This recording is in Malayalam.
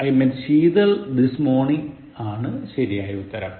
I met Sheetal this morning ആണ് ശരിയായ് ഉത്തരം